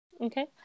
Okay